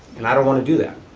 and i don't want to do that.